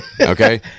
Okay